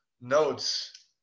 notes